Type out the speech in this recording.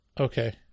Okay